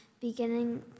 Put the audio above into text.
beginning